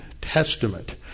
Testament